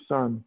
Son